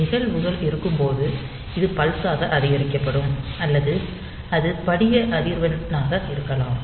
நிகழ்வுகள் இருக்கும்போது இது பல்ஸ் ஆக அதிகரிக்கப்படும் அல்லது அது படிக அதிர்வெண்ணாக இருக்கலாம்